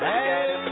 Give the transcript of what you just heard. Hey